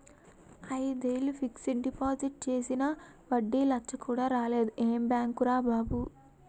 ఐదేళ్ళు fixed deposit చేసినా వడ్డీ లచ్చ కూడా రాలేదు ఏం బాంకురా బాబూ